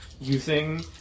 using